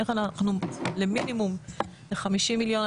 איך אנחנו למינימום 50 מיליון.